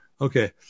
Okay